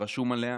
שרשום עליה,